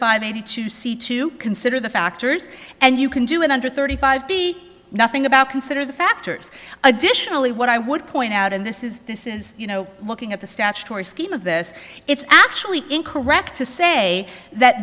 five eighty two see to consider the factors and you can do in under thirty five p nothing about consider the factors additionally what i would point out and this is this is you know looking at the statutory scheme of this it's actually incorrect to